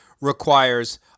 requires